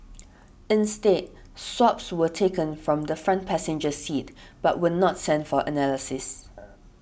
instead swabs were taken from the front passenger seat but were not sent for analysis